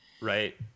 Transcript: Right